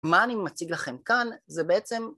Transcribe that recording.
מה אני מציג לכם כאן זה בעצם